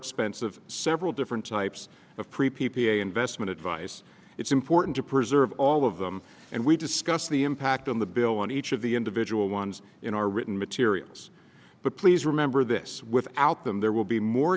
expensive several different types of pre p p a investment advice it's important to preserve all of them and we discussed the impact on the bill on each of the individual ones in our written materials but please remember this without them there will be more